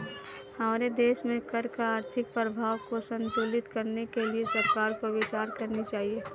हमारे देश में कर का आर्थिक प्रभाव को संतुलित करने के लिए सरकार को विचार करनी चाहिए